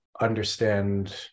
understand